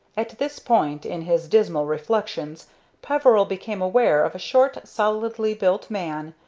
at this point in his dismal reflections peveril became aware of a short, solidly built man,